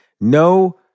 No